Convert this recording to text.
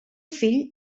fill